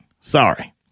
Sorry